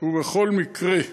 ובכל מקרה,